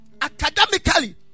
academically